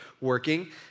working